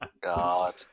God